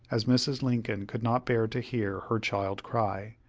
as mrs. lincoln could not bear to hear her child cry.